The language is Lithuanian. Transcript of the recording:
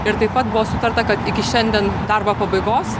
ir taip pat buvo sutarta kad iki šiandien darbo pabaigos